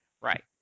Right